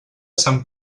sant